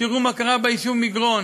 תראו מה קרה ביישוב מגרון: